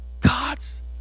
God's